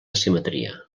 simetria